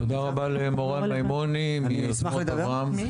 תודה רבה למורן מימוני מיוזמות אברהם.